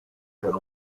per